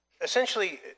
essentially